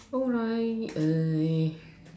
alright I